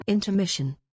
Intermission